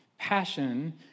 Passion